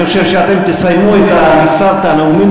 אני חושב שאתם תסיימו את מכסת הנאומים